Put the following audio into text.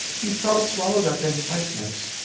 he felt swallowed up in whiteness.